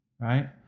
right